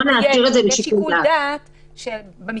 אלא יש אזהרה על פי שיקול דעת.